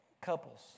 couples